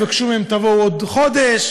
יבקשו מהם: תבואו בעוד חודש.